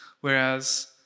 whereas